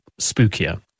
spookier